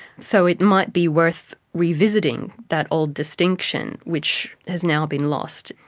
so it might be worth revisiting that old distinction, which has now been lost.